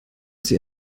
sie